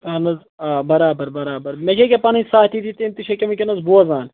اہن حظ آ برابر برابر مےٚ چھِ أکہِ پنٕنۍ ساتھی تہِ تِم تہِ چھِ أکہِ ونٕکیٚنس بوزان